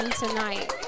tonight